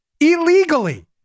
Illegally